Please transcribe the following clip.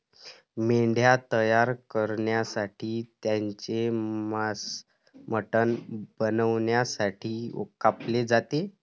मेंढ्या तयार करण्यासाठी त्यांचे मांस मटण बनवण्यासाठी कापले जाते